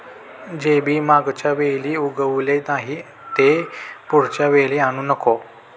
जे बी मागच्या वेळी उगवले नाही, ते पुढच्या वेळी आणू नको